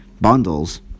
bundles